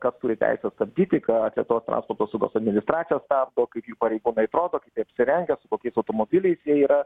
kas turi teisę stabdyti ką lietuvos transporto saugos administracija stabdo kaip jų pareigūnai atrodo kaip jie apsirengę su kokiais automobiliais jie yra